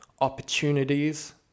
opportunities